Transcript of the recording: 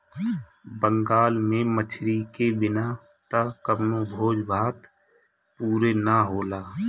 बंगाल में मछरी के बिना त कवनो भोज भात पुरे ना होला